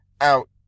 out